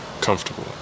comfortable